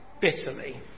bitterly